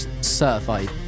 Certified